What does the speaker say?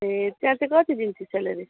ए त्यहाँ कति दिन्थ्यो सेलेरी